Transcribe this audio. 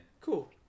cool